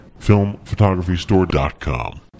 FilmPhotographyStore.com